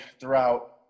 throughout